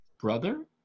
brother